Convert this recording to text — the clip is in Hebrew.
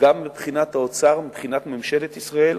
גם מבחינת האוצר, מבחינת ממשלת ישראל,